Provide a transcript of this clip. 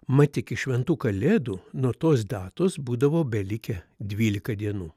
mat iki šventų kalėdų nuo tos datos būdavo belikę dvylika dienų